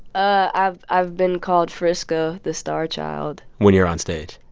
i've i've been called frisco, the star child when you're onstage,